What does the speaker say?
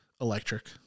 electric